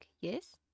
yes